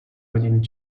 hodin